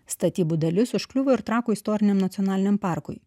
statybų dalis užkliuvo ir trakų istoriniam nacionaliniam parkui